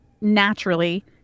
naturally